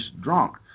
drunk